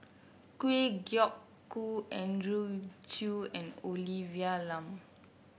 Kwa Geok Choo Andrew Chew and Olivia Lum